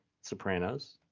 Sopranos